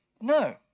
No